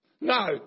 No